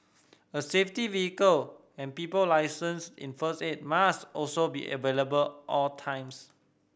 a safety vehicle and people licensed in first aid must also be available all times